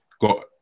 got